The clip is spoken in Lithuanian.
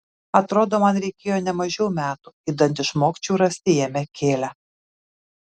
atrodo man reikėjo ne mažiau metų idant išmokčiau rasti jame kėlią